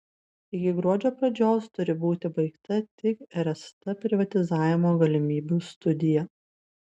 iki gruodžio pradžios turi būti baigta tik rst privatizavimo galimybių studija